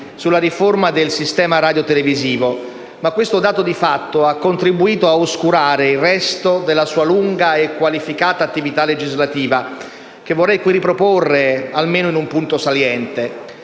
sulla riforma del sistema radiotelevisivo, ma questo dato di fatto ha contribuito a oscurare il resto della sua lunga e qualificata attività legislativa, che vorrei qui riproporre almeno in un punto saliente.